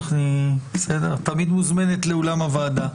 את תמיד מוזמנת לאולם הוועדה.